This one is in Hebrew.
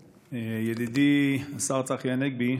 ידידי השר צחי הנגבי,